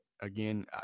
again